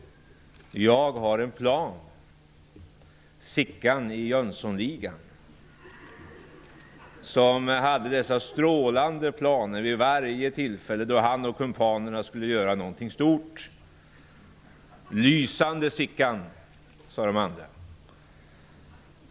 Jag syftar på Sickan i Jönssonligan, som hade dessa strålande planer vid varje tillfälle som han och kumpanerna skulle göra någonting stort. Lysande, Sickan, sade de andra.